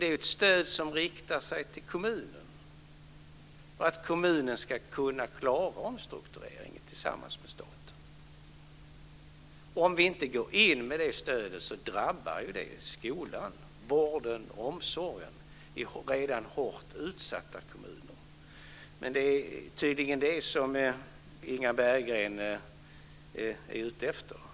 Det är ett stöd som riktar sig till kommunerna för att de ska kunna klara omstruktureringen tillsammans med staten. Om vi inte går in med det stödet så drabbar det skolan, vården och omsorgen i redan hårt utsatta kommuner. Men det är tydligen det som Inga Berggren är ute efter.